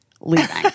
leaving